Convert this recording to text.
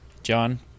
John